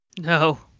No